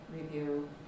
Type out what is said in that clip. Review